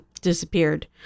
disappeared